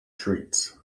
treats